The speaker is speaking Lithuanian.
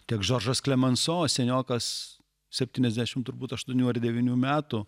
tiek džordžas klemanso seniokas septynioasdešimt turbūt aštuonių ar devynių metų